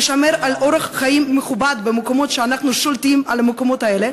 לשמור על אורח חיים מכובד במקומות שאנחנו שולטים עליהם,